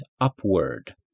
upward